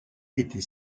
était